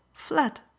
flat